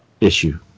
issue